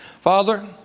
Father